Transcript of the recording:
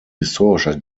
historischer